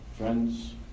Friends